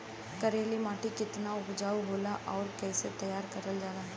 करेली माटी कितना उपजाऊ होला और कैसे तैयार करल जाला?